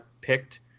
picked